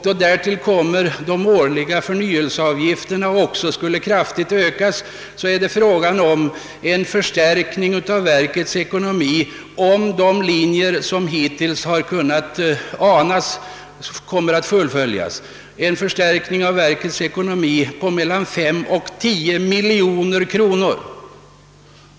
Då därtill kommer att de årliga förnyelseavgifterna också kraftigt skulle ökas, blir det — om dessa linjer fullföljes vilka hittills endast kunnat anas — en förstärkning av verkets ekonomi med mellan 5 och 10 miljoner kronor.